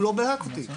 הוא לא בדק אותי.